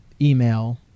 email